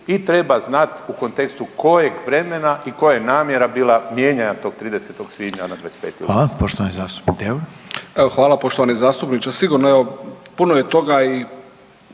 I treba znati u kontekstu kojeg vremena i koja je namjera bila mijenjanja tog 30. svibnja na 25. …/nerazumljivo/… **Reiner,